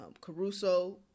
Caruso